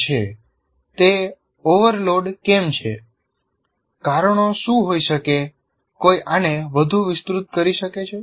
તે ઓવરલોડ કેમ છે કારણો શું હોઈ શકે છે કોઈ આને વધુ વિસ્તૃત કરી શકે છે